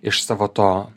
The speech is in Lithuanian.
iš savo to